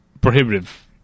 prohibitive